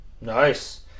Nice